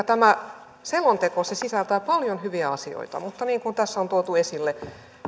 tämä selonteko sisältää paljon hyviä asioita mutta niin kuin tässä on tuotu esille